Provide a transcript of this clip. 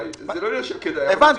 זה לא עניין של כדאי --- הבנתי,